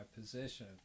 position